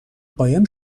قایم